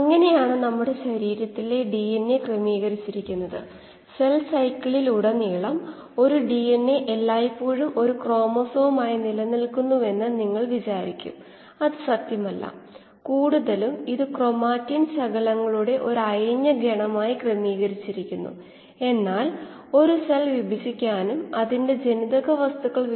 അതിനാൽ ഒരു knob tweak ചെയ്യുന്നതിലൂടെ ഡൈലൂഷൻ റേറ്റ് എന്ന ഒരു ഓപ്പറേഷൻ പാരാമീറ്റർ മാറ്റുന്നതിലൂടെ ജൈവ പരാമീറ്റർ ആയ ജീവിയുടെ വളർച്ചാ നിരക്കിനെ നിയന്ത്രിക്കാൻ നമ്മൾക്ക് കഴിയും അതായത് ഒരു പ്രവർത്തന പാരാമീറ്റർ ആയ v ഈ സമവാക്യത്തിൽ F എന്ന പ്രവർത്തന പാരാമീറ്റർ നിർണ്ണയിക്കുന്നു